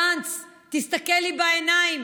גנץ, תסתכל לי בעיניים: